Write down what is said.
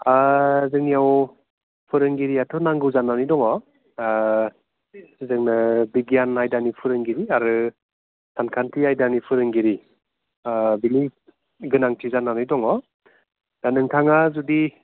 जोंनियाव फोरोंगिरियाथ' नांगौ जानानै दङ जोंनो बिगियान आयदानि फोरोंगिरि आरो सानखान्थि आयदानि फोरोंगिरि बेनि गोनांथि जानानै दङ दा नोंथाङा जुदि